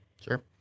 Sure